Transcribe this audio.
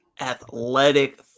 athletic